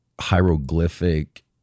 hieroglyphic